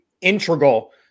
integral –